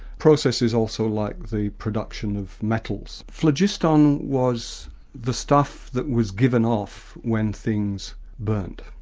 processes also like the production of metals. phlogiston was the stuff that was given off when things burnt,